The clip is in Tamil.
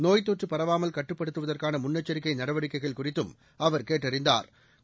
நோய் தொற்று பரவாமல் கட்டுப்படுத்துவதற்கான முன்னெச்சிக்கை நடவடிக்கைகள் குறித்தும் அவர் கேட்டறிந்தாா்